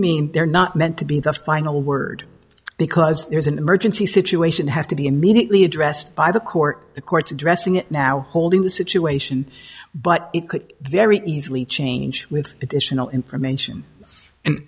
mean they're not meant to be the final word because there's an emergency situation has to be immediately addressed by the court the court to dressing it now holding the situation but it could very easily change with additional information and